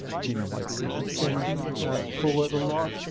ah genome-wide sequencing forward a lot.